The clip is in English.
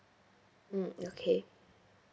mm okay